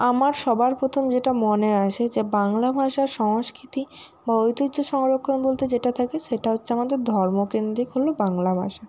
আমার সবার প্রথম যেটা মনে আসে যে বাংলা ভাষা সংস্কৃতি বা ঐতিহ্য সংরক্ষণ বলতে যেটা থাকে সেটা হচ্ছে আমাদের ধর্ম কেন্দ্রিক হল বাংলা ভাষা